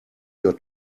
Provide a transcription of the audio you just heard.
your